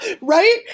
Right